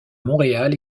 montréal